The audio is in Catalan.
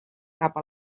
cap